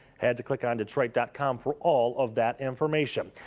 head to clickondetroit dot com for all of that information.